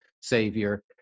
savior